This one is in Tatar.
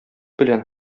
белән